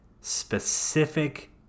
specific